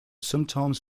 sometimes